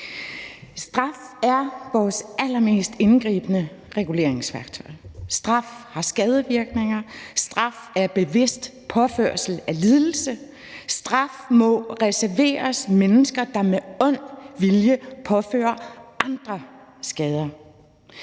Straf er vores allermest indgribende reguleringsværktøj. Straf har skadevirkninger; straf er bevidst påføring af lidelse; straf må reserveres til mennesker, der med ond vilje påfører andre skader.